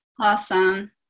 Awesome